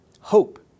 hope